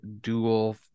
dual